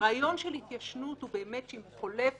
הרעיון של התיישנות הוא באמת אם חולף